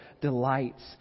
delights